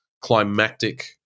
climactic